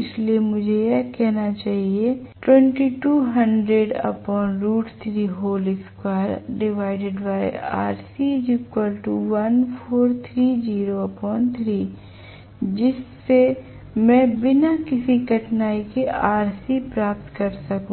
इसलिए मुझे कहना चाहिए जिससे मैं बिना किसी कठिनाई के Rc प्राप्त कर सकूं